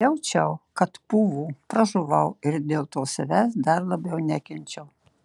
jaučiau kad pūvu pražuvau ir dėl to savęs dar labiau nekenčiau